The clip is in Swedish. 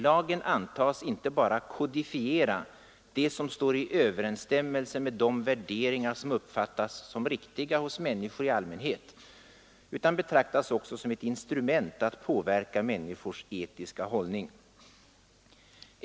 Lagen antas inte bara kodifiera det som står i överensstämmelse med de värderingar som uppfattas som riktiga hos människor i allmänhet, utan betraktas också som ett instrument att påverka människors etiska hållning.